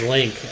Link